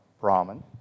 Brahman